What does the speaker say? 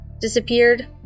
disappeared